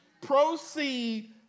proceed